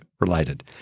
related